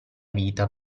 vita